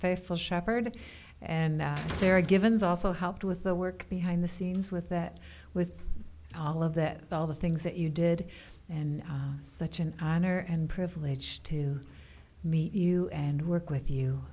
faithful shepherd and there are givens also helped with the work behind the scenes with that with all of that all the things that you did and such an honor and privilege to meet you and work with you